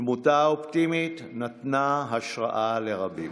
דמותה האופטימית נתנה השראה לרבים.